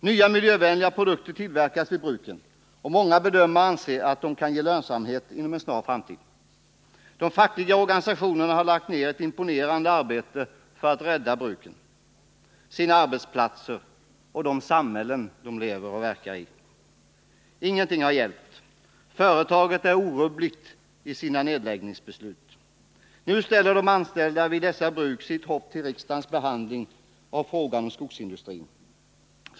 Nya miljövänliga produkter tillverkas vid bruken, och många bedömare anser att dessa produkter kan ge lönsamhet inom en snar framtid. De fackliga organisationerna har lagt ned ett imponerande arbete för att rädda bruken — sina arbetsplatser och de samhällen som de lever och verkar i. Ingenting har hjälpt. Företaget är orubbligt i sina nedläggningsbeslut. Nu ställer de anställda vid dessa bruk sitt hopp till riksdagsbehandlingen av frågan om skogsindustrin.